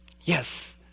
Yes